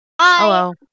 Hello